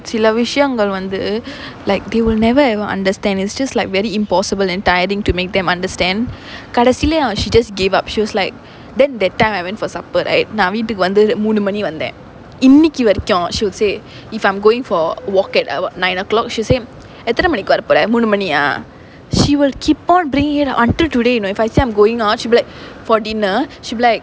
சில விஷயங்கள் வந்து:sila vishayangal vanthu like they will never ever understand it's just like very impossible and tiring to make them understand கடைசில:kadaisila she just gave up she was like then that time I went for supper right நான் வீட்டுக்கு வந்து மூணு மணி வந்தேன் இன்னிக்கு வரைக்கும்:naan veettukku vanthu moonu mani vanthaen innikku varaikkum she would say if I'm going for a walk at nine o'clock she will say எத்தன மணிக்கு வரப்போற மூணு மணியா:ethana manikku varappora moonu maniyaa she will keep on bringing it up until today you know if I say I'm going orh for dinner she will like